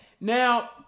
Now